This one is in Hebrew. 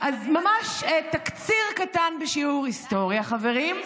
אז ממש תקציר קטן בשיעור היסטוריה, חברים.